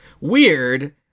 weird